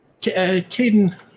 Caden